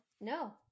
No